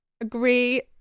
agree